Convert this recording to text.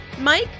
Mike